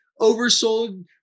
oversold